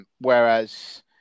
Whereas